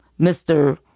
Mr